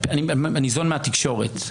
אני ניזון מהתקשורת,